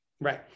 Right